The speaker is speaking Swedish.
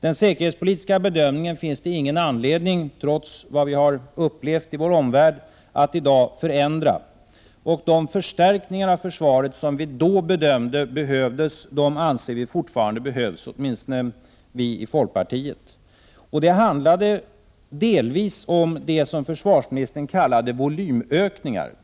Den säkerhetspolitiska bedömningen finns det ingen anledning, trots vad vi har upplevt i vår omvärld, att i dag förändra. De förstärkningar av försvaret som vi då ansåg behövdes anser vi fortfarande behövs, åtminstone vi i folkpartiet. Det handlade delvis om det som försvarsministern kallade volymökningar.